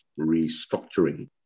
restructuring